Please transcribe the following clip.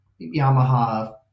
yamaha